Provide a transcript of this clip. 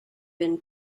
been